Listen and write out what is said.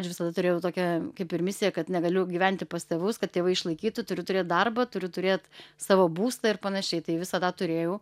aš visada turėjau tokią kaip ir misiją kad negaliu gyventi pas tėvus kad tėvai išlaikytų turiu turėt darbą turiu turėt savo būstą ir panašiai tai visą tą turėjau